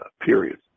period